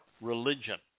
religion